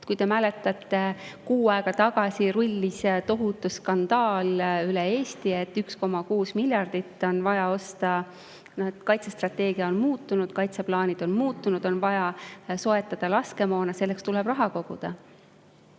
Kui te mäletate, siis kuu aega tagasi rullus lahti tohutu skandaal üle Eesti, et 1,6 miljardit on vaja. Kaitsestrateegia on muutunud, kaitseplaanid on muutunud, on vaja soetada laskemoona. Selleks tuleb raha koguda.